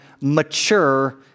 mature